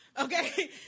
Okay